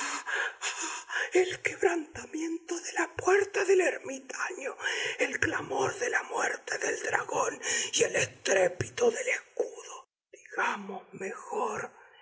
el quebrantamiento de la puerta del ermitaño el clamor de muerte del dragón y el estrépito del escudo digamos mejor